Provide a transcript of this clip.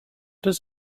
does